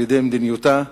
על-ידי מדיניותה,